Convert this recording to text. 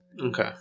okay